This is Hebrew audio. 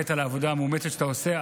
על העבודה המאומצת שאתה באמת עושה,